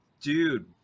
dude